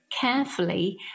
carefully